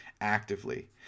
actively